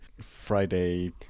Friday